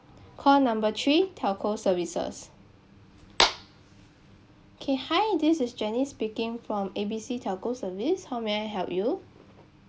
call number three telco services okay hi this is janice speaking from A B C telco service how may I help you